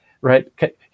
right